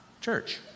church